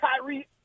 Kyrie